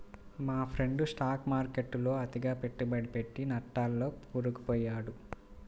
మా friend stock మార్కెట్టులో అతిగా పెట్టుబడి పెట్టి నట్టాల్లో కూరుకుపొయ్యాడు